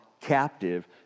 captive